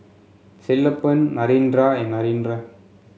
Sellapan Narendra and Narendra